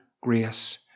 grace